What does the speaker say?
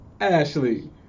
Ashley